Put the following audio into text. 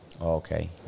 Okay